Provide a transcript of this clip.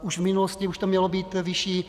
V minulosti už to mělo být vyšší.